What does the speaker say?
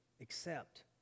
accept